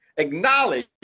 Acknowledge